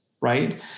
right